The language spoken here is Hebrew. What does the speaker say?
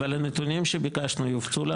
הנתונים שביקשנו יופצו?